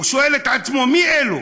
הוא שואל את עצמו, מי אלה?